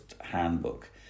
Handbook